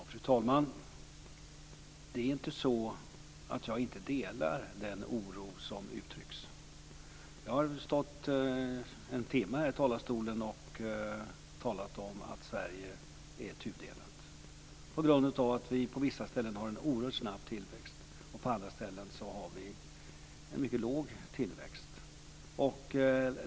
Fru talman! Det är inte så att jag inte delar den oro som uttrycks. Jag har stått en timme här i talarstolen och talat om att Sverige är tudelat, på grund av att vi på vissa ställen har en oerhört snabb tillväxt och på andra ställen en mycket låg tillväxt.